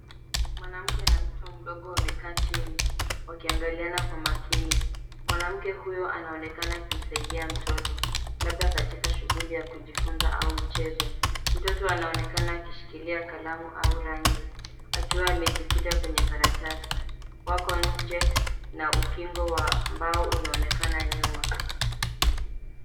Mwanamke na mtoto mdogo wamekaa chini wakiangaliana kwa makini. Mwanamke huyu anaonekana akimsaidia mtoto labda katika shughuli ya kujifunza au mchezo. Mtoto anaonekana akishikilia kalamu au rangi akiwa amejikita kwenye karatasi .Wako nje na ukingo wa mbao unaonekana nyuma.